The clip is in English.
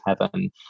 heaven